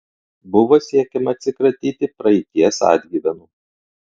buvo siekiama atsikratyti praeities atgyvenų